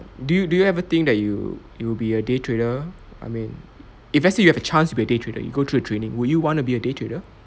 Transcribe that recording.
do you do you ever think that you you will be a day trader I mean if let's say you have a chance to be a day trader you go through a training would you want to be a day trader